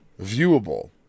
viewable